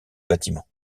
bâtiments